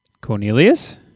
Cornelius